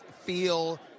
feel